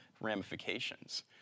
ramifications